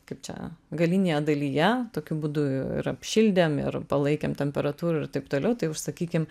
kaip čia galinėje dalyje tokiu būdu ir apšildėm ir palaikėm temperatūrą ir taip toliau tai už sakykim